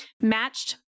matched